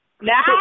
Now